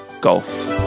Golf